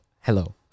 hello